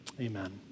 amen